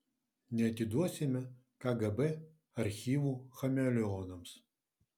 neatiduosime kgb archyvų chameleonams